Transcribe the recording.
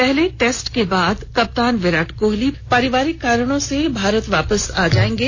पहले टैस्ट के बाद कप्तान विराट कोहली पारिवारिक कारणों से भारत वापस आ जायेंगे